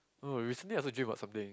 no recently I also dream about something